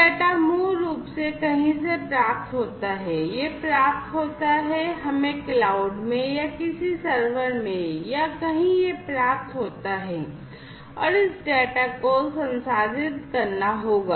data मूल रूप से कहीं से प्राप्त होता है यह प्राप्त होता है हमें क्लाउड में या किसी सर्वर में या कहीं यह प्राप्त होता है और इस डेटा को संसाधित करना होता है